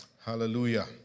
Hallelujah